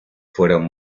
fueron